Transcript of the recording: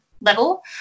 level